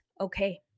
okay